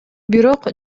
бирок